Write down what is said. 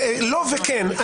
לא וכן.